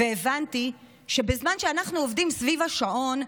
והבנתי שבזמן שאנחנו עובדים סביב השעון,